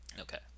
Okay